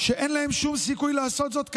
אין להם שום סיכוי לעשות זאת כיום,